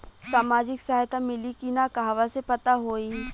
सामाजिक सहायता मिली कि ना कहवा से पता होयी?